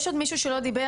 יש עוד מישהו שעוד לא דיבר,